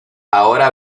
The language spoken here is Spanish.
ahora